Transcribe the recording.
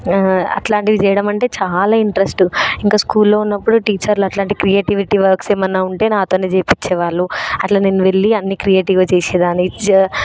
అట్లాంటివి చేయడం అంటే చాలా ఇంట్రెస్ట్ ఇంకా స్కూల్లో ఉన్నప్పుడు టీచర్లు అట్లాంటి క్రియేటివిటీ వర్క్స్ ఏమైనా ఉంటే నాతోనే చేయిపించే వాళ్ళు అట్లా నేను వెళ్ళి అన్ని క్రియేటివ్గా చేసేదాన్ని